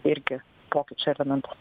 irgi pokyčio elementas